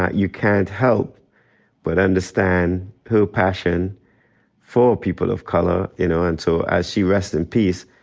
ah you can't help but understand her passion for people of color. you know, and so as she rests in peace,